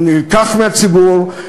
הוא נלקח מהציבור.